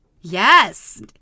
Yes